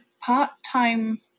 part-time